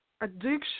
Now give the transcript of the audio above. addiction